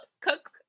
cook